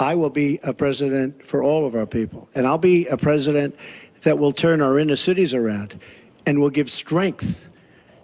i will be a president for all of our people. and i'lll be a people that will turn our inner cities around and will give strength